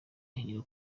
ahera